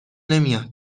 نمیاد